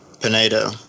Pinedo